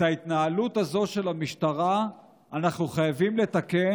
את ההתנהלות הזאת של המשטרה אנחנו חייבים לתקן,